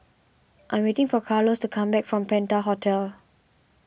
I am waiting for Carlos to come back from Penta Hotel